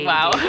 Wow